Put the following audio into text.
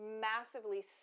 massively